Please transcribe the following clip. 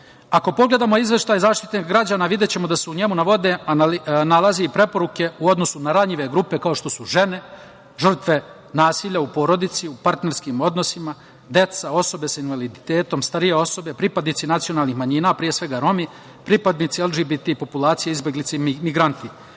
Ako pogledamo Izveštaj Zaštitnika građana videćemo da se u njemu nalaze preporuke u odnosu na ranjive grupe, kao što su žene žrtve nasilja u porodici, u partnerskim odnosima, dece, osobe sa invaliditetom, starije osobe, pripadnici nacionalnih manjina, pre svega Romi, pripadnici LGBT, izbeglice i